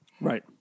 Right